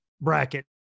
Bracket